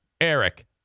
Eric